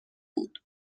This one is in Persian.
بود